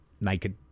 naked